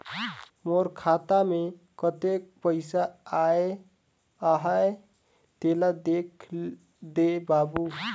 मोर खाता मे कतेक पइसा आहाय तेला देख दे बाबु?